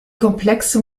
komplexe